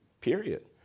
period